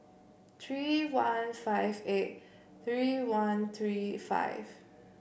three one five eight three one three five